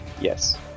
yes